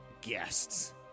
guests